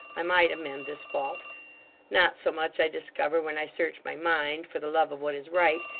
i might amend this fault not so much, i discover when i search my mind, for the love of what is right,